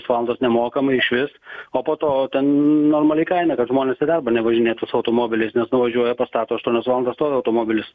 pusė valandos nemokamai išvis o po to ten normali kaina kad žmonės į darbą nevažinėtų su automobiliais nuvažiuoja pastato aštuonias valandas stovi automobilis